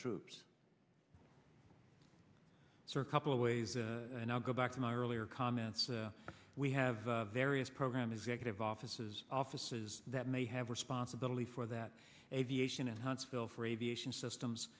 troops so a couple of ways and i'll go back to my earlier comments we have various program executive offices offices that may have responsibility for that aviation in huntsville for aviation systems